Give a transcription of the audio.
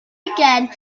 again